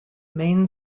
main